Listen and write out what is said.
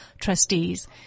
trustees